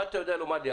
מה אתה יודע לומר לי.